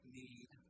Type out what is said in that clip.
need